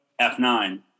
f9